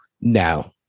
No